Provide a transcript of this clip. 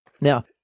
Now